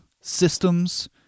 Systems